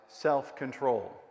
self-control